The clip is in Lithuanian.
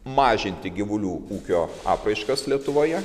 mažinti gyvulių ūkio apraiškas lietuvoje